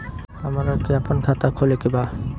हमरा के अपना खाता खोले के बा?